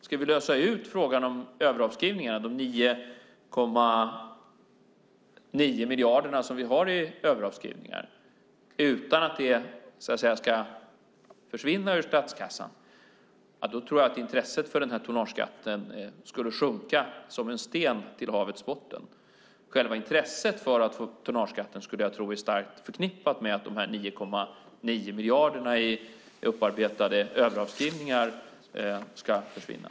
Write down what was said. Om vi ska lösa frågan om överavskrivningar, de 9,9 miljarderna som vi har i överavskrivningar, utan att de så att säga försvinner ur statskassan, då tror jag att intresset för tonnageskatten sjunker som en sten till havets botten. Jag skulle tro att själva intresset för att få ut tonnageskatten är starkt förknippat med att de 9,9 miljarderna i upparbetade överavskrivningar ska försvinna.